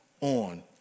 on